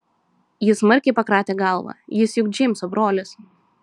ji smarkiai pakratė galvą jis juk džeimso brolis